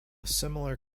similar